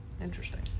Interesting